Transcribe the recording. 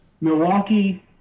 Milwaukee